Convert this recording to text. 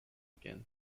again